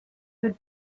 good